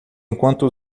enquanto